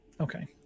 Okay